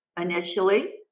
initially